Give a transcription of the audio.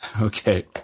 Okay